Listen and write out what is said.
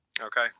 Okay